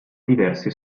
diversi